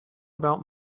about